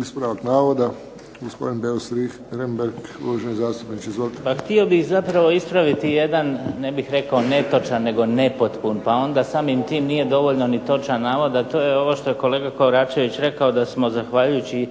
Ispravak navoda, gospodin Beus Richembergh, uvaženi zastupniče izvolite. **Beus Richembergh, Goran (HNS)** Pa htio bih zapravo ispraviti jedan, ne bih rekao netočan, nego nepotpun, pa onda samim tim nije dovoljno ni točan navod, a to je ovo što je kolega Koračević rekao da smo zahvaljujući